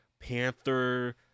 panther